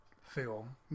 film